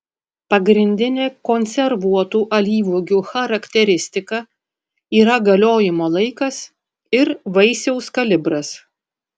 pagrindinė konservuotų alyvuogių charakteristika yra galiojimo laikas ir vaisiaus kalibras